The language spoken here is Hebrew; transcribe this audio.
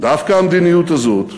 דווקא המדיניות הזאת,